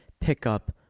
pickup